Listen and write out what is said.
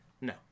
No